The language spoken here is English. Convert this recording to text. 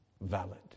valid